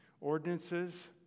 ordinances